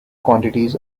quantities